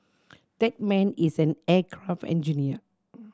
that man is an aircraft engineer